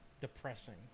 depressing